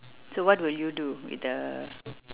so what will you do with the